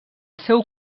seu